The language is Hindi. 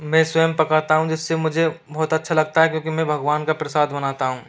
मैं स्वयं पकाता हूँ जिस से मुझे बहुत अच्छा लगता है क्योंकि मैं भगवान का प्रसाद बनाता हूँ